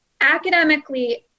academically